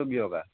ছবি অঁকা